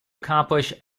accomplish